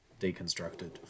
deconstructed